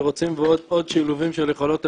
רוצים עוד ועוד שילובים של יכולות טכנולוגיות,